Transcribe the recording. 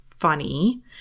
funny